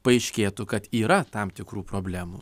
paaiškėtų kad yra tam tikrų problemų